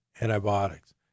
antibiotics